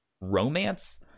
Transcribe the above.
romance